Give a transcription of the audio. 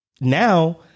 now